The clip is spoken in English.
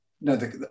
no